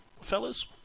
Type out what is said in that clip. fellas